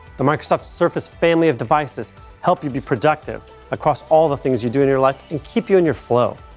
the microsoft surface family of devices help you be productive across all the things you do in your life and keep you in your flow.